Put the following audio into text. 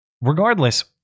regardless